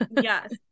Yes